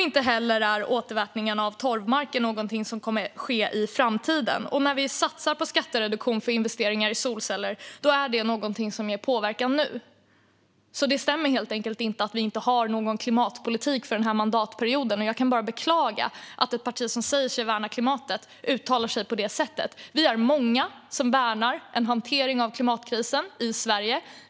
Inte heller är återvätning av torvmarker något som kommer att ske i framtiden. Och när vi satsar på skattereduktion för investeringar i solceller är det något som ger påverkan nu. Det stämmer helt enkelt inte att vi inte har någon klimatpolitik för denna mandatperiod. Jag kan bara beklaga att ett parti som säger sig värna klimatet uttalar sig på det sättet. Vi är många som värnar en hantering av klimatkrisen i Sverige.